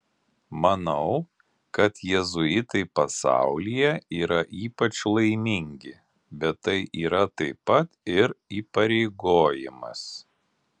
manau kad jėzuitai pasaulyje yra ypač laimingi bet tai yra taip pat ir įpareigojimas